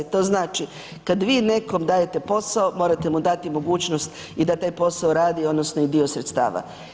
To znači kada vi nekome dajte posao morate mu dati mogućnost i da taj posao radi odnosno i dio sredstava.